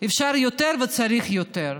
אפשר יותר וצריך יותר.